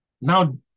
Now